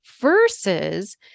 versus